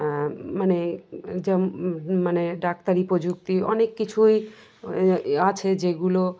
মানে যেম মানে ডাক্তারি প্রযুক্তি অনেক কিছুই আছে যেগুলো